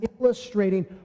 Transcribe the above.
illustrating